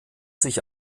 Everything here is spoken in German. sich